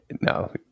No